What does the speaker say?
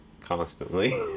constantly